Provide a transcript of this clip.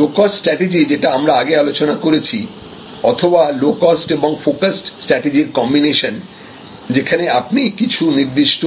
লো cost strategy যেটা আমরা আগে আলোচনা করেছি অথবা লো কস্ট এবং ফোকাসড স্ট্রাটেজির কম্বিনেশন যেখানে আপনি কিছু নির্দিষ্ট